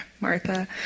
Martha